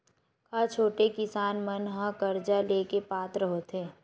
का छोटे किसान मन हा कर्जा ले के पात्र होथे?